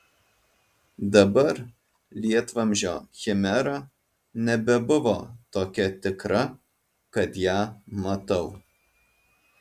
dabar lietvamzdžio chimera nebebuvo tokia tikra kad ją matau